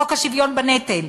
חוק השוויון בנטל,